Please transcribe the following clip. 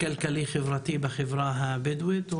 כלכלי חברתי בחברה הבדואית.